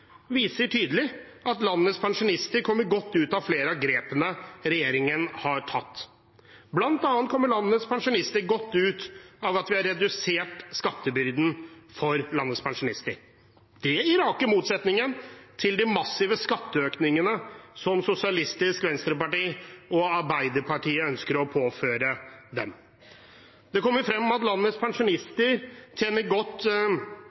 viser tydelig: at landets pensjonister kommer godt ut av flere av grepene regjeringen har tatt. Blant annet kommer landets pensjonister godt ut av at vi har redusert skattebyrden – i rak motsetning til de massive skatteøkningene som Sosialistisk Venstreparti og Arbeiderpartiet ønsker å påføre dem. Det kommer frem at landets pensjonister tjener godt